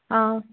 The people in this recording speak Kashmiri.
آ